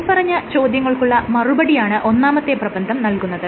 മേല്പറഞ്ഞ ചോദ്യങ്ങൾക്കുള്ള മറുപടിയാണ് ഒന്നാമത്തെ പ്രബന്ധം നൽകുന്നത്